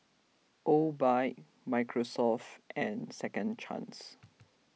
Obike Microsoft and Second Chance